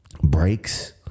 breaks